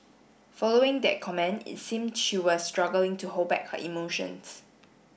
following that comment it seem she was struggling to hold back her emotions